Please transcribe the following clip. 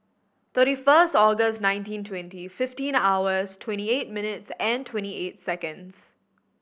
thirty first August nineteen twenty fifteen hours twenty eight minutes and twenty eight seconds